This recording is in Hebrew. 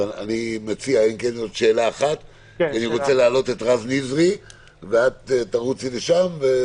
אני מציע עוד שאלה אחת ואז אני רוצה להעלות את רז נזרי ואת תלכי לשם.